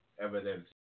evidence